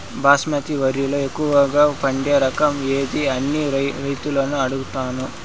బాస్మతి వరిలో ఎక్కువగా పండే రకం ఏది అని రైతులను అడుగుతాను?